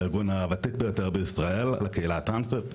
הארגון הוותיק ביותר בישראל לקהילה הטרנסית.